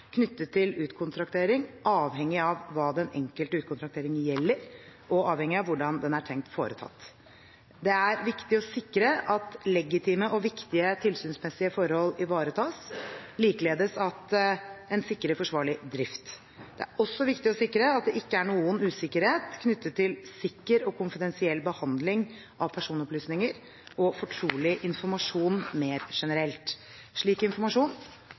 knyttet til utkontraktering, avhengig av hva den enkelte utkontraktering gjelder, og avhengig av hvordan den er tenkt foretatt. Det er viktig å sikre at legitime og viktige tilsynsmessige forhold ivaretas, og likeledes at en sikrer forsvarlig drift. Det er også viktig å sikre at det ikke er noen usikkerhet knyttet til sikker og konfidensiell behandling av personopplysninger og fortrolig informasjon mer generelt. Slik informasjon